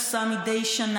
פופוליזם,